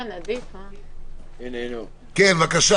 כן, בבקשה.